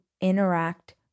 interact